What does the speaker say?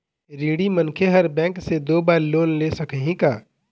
ऋणी मनखे हर बैंक से दो बार लोन ले सकही का?